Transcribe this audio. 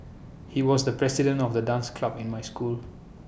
he was the president of the dance club in my school